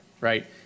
right